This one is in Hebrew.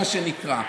מה שנקרא.